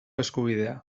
eskubidea